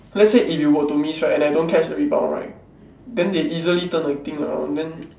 let's say if you were to miss right and I don't catch the rebound right then they easily turn the thing around then